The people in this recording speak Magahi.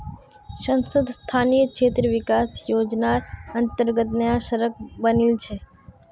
सांसद स्थानीय क्षेत्र विकास योजनार अंतर्गत नया सड़क बनील छै